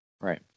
Right